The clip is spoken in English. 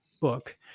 book